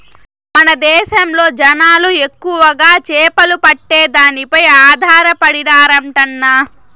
మన దేశంలో జనాలు ఎక్కువగా చేపలు పట్టే దానిపై ఆధారపడినారంటన్నా